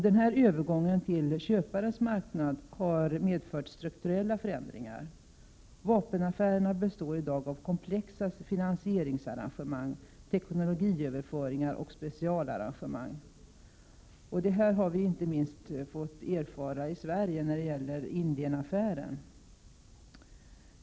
Den här övergången till köparens marknad har medfört strukturella förändringar. Vapenaffärerna består i dag av komplexa finansieringsarrangemang, teknologiöverföringar och specialarrangemang. Detta har inte minst vi i Sverige fått erfara när det gäller Indienaffären.